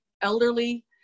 elderly